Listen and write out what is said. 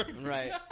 Right